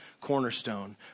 cornerstone